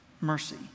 mercy